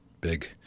big